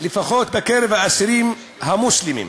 לפחות בקרב האסירים המוסלמים,